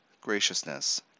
graciousness